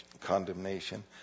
condemnation